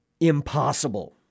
impossible